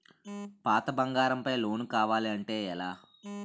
పాత బంగారం పై లోన్ కావాలి అంటే ఎలా?